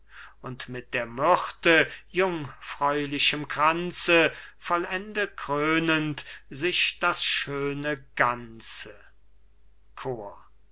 und mit der myrte jungfräulichem kranze vollende krönend sich das schöne ganze chor